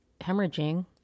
hemorrhaging